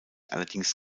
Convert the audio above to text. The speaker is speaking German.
allerdings